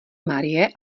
marie